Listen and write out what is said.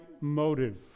motive